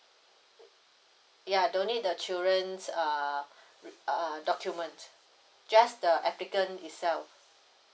ya don't need the children's err err document just the applicant itself